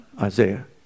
Isaiah